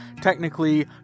technically